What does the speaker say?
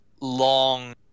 long